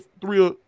three